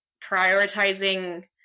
prioritizing